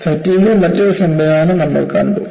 ഫാറ്റിഗ്ൽ മറ്റൊരു സംവിധാനം നമ്മൾ കണ്ടു